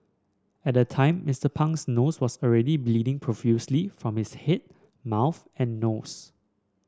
at the time Mister Pang's nose was already bleeding profusely from his head mouth and nose